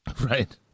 Right